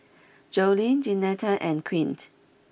Joleen Jeanetta and Quint